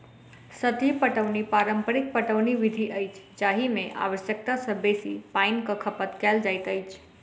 सतही पटौनी पारंपरिक पटौनी विधि अछि जाहि मे आवश्यकता सॅ बेसी पाइनक खपत कयल जाइत अछि